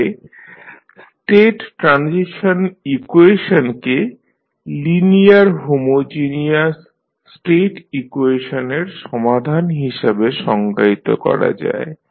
তাহলে state transition ইকুয়েশনকে linear homogeneous state ইকুয়েশনের সমাধান হিসাবে সংজ্ঞায়িত করা যায়